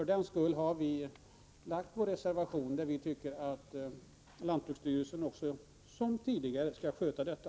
Av den anledningen har vi till betänkandet fogat vår reservation, i vilken vi skriver att lantbruksstyrelsen som tidigare skall sköta detta.